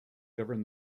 govern